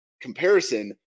comparison